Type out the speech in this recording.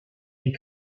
les